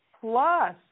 Plus